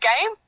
game